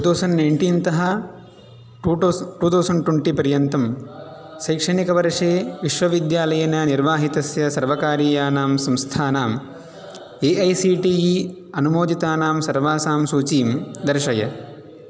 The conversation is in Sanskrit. टू तौजेण्ड् नैन्टीन् तः टू तौजेण्ड् टोन्टी पर्यन्तं शैक्षणिकवर्षे विश्वविद्यालयेन निर्वाहितस्य सर्वकारीयानां संस्थानां A I C T E अनुमोदितानां सर्वासां सूचीं दर्शय